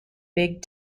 big